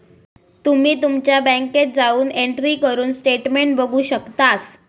तुम्ही तुमच्या बँकेत जाऊन एंट्री करून स्टेटमेंट बघू शकतास